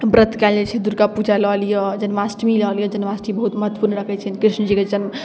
व्रत कएल जाइ छै दुर्गा पूजा लऽ लिअऽ जन्माष्टमी लऽ लिअऽ जन्माष्टमी बहुत महत्वपूर्ण रखै छै कृष्णजीके चन्दन